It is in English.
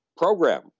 program